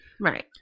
Right